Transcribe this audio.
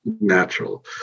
natural